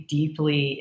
deeply